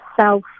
self